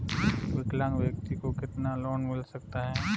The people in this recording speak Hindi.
विकलांग व्यक्ति को कितना लोंन मिल सकता है?